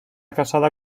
casada